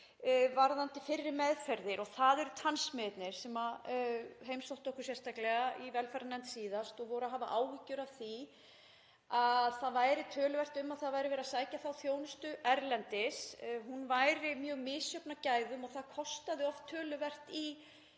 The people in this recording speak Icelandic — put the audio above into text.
varðandi fyrri meðferðir og það eru tannsmiðirnir sem heimsóttu okkur sérstaklega í velferðarnefnd síðast og voru að hafa áhyggjur af því að það væri töluvert um að fólk væri að sækja þá þjónustu erlendis; hún væri mjög misjöfn að gæðum og það kostaði oft töluvert í